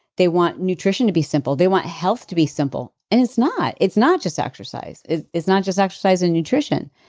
they want nutrition to be simple. they want health to be simple, and it's not it's not just exercise, it's it's not just exercise and nutrition.